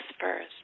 first